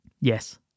Yes